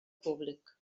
públic